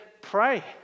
pray